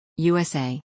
USA